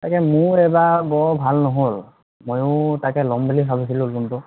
তাকে মোৰ এবাৰ বৰ ভাল নহ'ল ময়ো তাকে ল'ম বুলি ভাবিছিলোঁ লোনটো